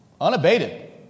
Unabated